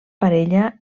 parella